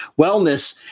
wellness